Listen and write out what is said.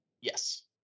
Yes